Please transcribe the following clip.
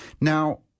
Now